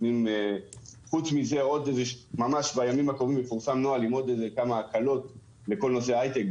ממש בימים הקרובים יפורסם נוהל עם עוד כמה הקלות לכל נושא היי-טק,